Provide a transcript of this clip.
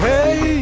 Hey